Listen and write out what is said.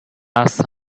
ask